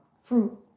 fruit